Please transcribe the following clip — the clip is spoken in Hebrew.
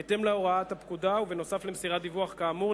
בהתאם להוראת הפקודה ובנוסף למסירת דיווח כאמור,